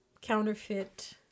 counterfeit